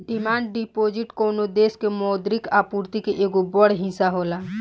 demand deposit कवनो देश के मौद्रिक आपूर्ति के एगो बड़ हिस्सा होला